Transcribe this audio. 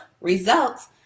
results